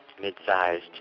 mid-sized